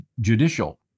judicial